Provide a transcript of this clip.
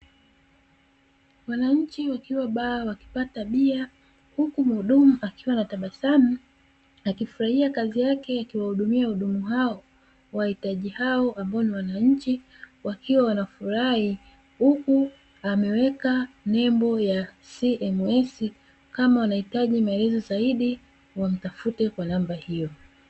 Wananchi wakiwa baa wakipata bia huku mhudumu akiwa na tabasamu akifurahia kazi yake akiwahudumia wahudumu hao, wahitaji hao ambao ni wananchi wakiwa wanafurahi huku ameweka nembo ya cms kama wanahitaji maelezo zaidi wamtafute kwa namba hiyo.